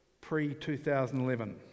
pre-2011